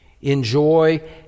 enjoy